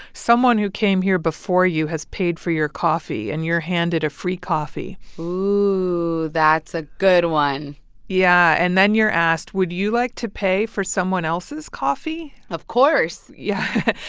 someone who came here before you has paid for your coffee, and you're handed a free coffee oh, that's a good one yeah. and then you're asked, would you like to pay for someone else's coffee? of course yeah.